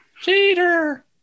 Cheater